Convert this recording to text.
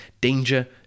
danger